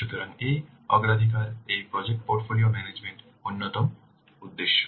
সুতরাং এই অগ্রাধিকার এই প্রজেক্ট পোর্টফোলিও ম্যানেজমেন্ট অন্যতম উদ্দেশ্য